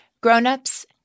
Grown-ups